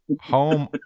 Home